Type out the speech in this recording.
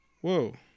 Whoa